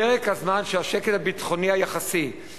פרק הזמן של השקט הביטחוני היחסי,